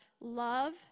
love